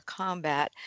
combat